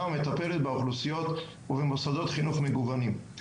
ומטפלת באוכלוסיות ובמוסדות חינוך מגוונים,